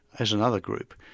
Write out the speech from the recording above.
as another group.